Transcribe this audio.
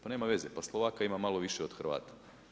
Pa nema veze, pa Slovaka ima malo više od Hrvata.